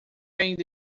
ainda